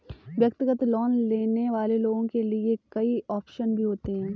व्यक्तिगत लोन लेने वाले लोगों के लिये कई आप्शन भी होते हैं